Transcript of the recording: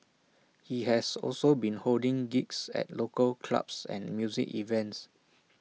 he has also been holding gigs at local clubs and music events